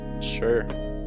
sure